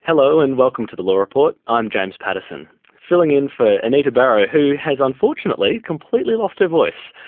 hello and welcome to the law report, i'm james pattison, filling in for anita barraud who has unfortunately completely lost her voice.